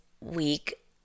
week